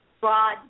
broad